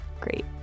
great